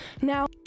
Now